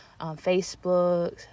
facebook